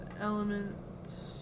Element